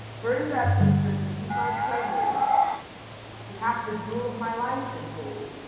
for in baptista's keep my treasure is he hath the jewel of my life in hold,